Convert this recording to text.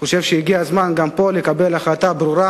אני חושב שהגיע הזמן גם פה לקבל החלטה ברורה